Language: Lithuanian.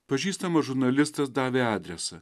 pažįstamas žurnalistas davė adresą